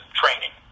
training